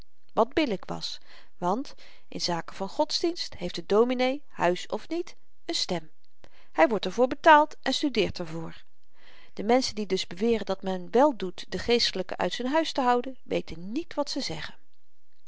wat billyk was want in zaken van godsdienst heeft de dominee huis of niet n stem hy wordt er voor betaald en studeert er voor de menschen die dus beweren dat men wèl doet de geestelyken uit z'n huis te houden weten niet wat ze zeggen